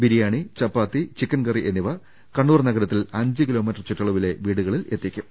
biryani chapati chicken curry എന്നിവ കണ്ണൂർ നഗരത്തിൽ അഞ്ച് കിലോമീറ്റർ ചൂറ്റളവിലെ വീടുകളിൽ എത്തിക്കും